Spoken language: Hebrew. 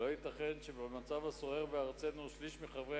לא ייתכן שבמצב הסוער בארצנו שליש מחברי